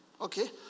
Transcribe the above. Okay